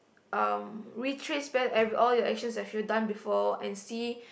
um retrace back and all the actions that you have done before and see